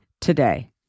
today